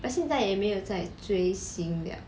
but 现在也没有在追星了